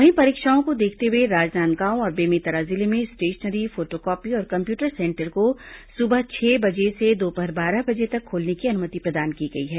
वहीं परीक्षाओं को देखते हुए राजनांदगांव और बेमेतरा जिले में स्टेशनरी फोटोकॉपी और कम्प्यूटर सेंटर को सुबह छह बजे से दोपहर बारह बजे तक खोलने की अनुमति प्रदान की गई है